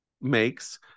makes